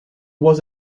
was